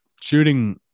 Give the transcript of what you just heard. Shooting